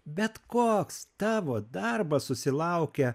bet koks tavo darbas susilaukia